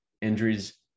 injuries